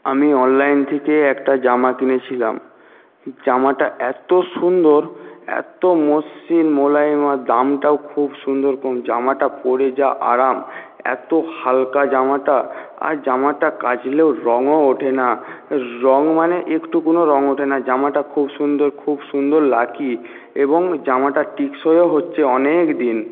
আমি অনলাইন থেকে একটা জামা কিনেছিলাম জামাটা এত সুন্দর এত্ত মসৃণ মোলায়েম আর দামটাও খুব সুন্দর কম জামাটা পরে যা আরাম এত্ত হালকা জামাটা আর জামাটা কাচলেও রঙও ওঠে না রঙ মানে একটু কোনো রঙ ওঠে না জামাটা খুব সুন্দর খুব সুন্দর লাকি এবং জামাটা টেকসইও হচ্ছে অনেকদিন